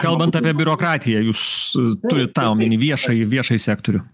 kalbant apie biurokratiją jūs turit tą omeny viešąjį viešąjį sektorių